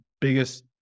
biggest